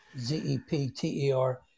Z-E-P-T-E-R